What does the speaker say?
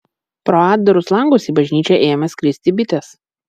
pro atdarus langus į bažnyčią ėmė skristi bitės